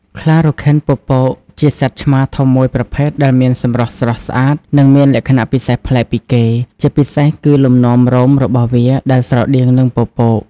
ខ្លារខិនពពក ជាសត្វឆ្មាធំមួយប្រភេទដែលមានសម្រស់ស្រស់ស្អាត និងមានលក្ខណៈពិសេសប្លែកពីគេ ជាពិសេសគឺលំនាំរោមរបស់វាដែលស្រដៀងនឹងពពក